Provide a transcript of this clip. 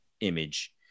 image